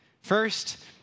First